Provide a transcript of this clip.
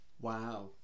Wow